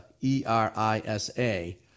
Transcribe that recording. E-R-I-S-A